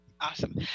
awesome